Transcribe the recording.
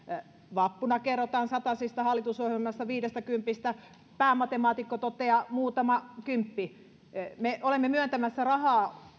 vappuna kerrotaan satasista hallitusohjelmassa viidestäkympistä päämatemaatikko toteaa että muutama kymppi me olemme ehkä myöntämässä rahaa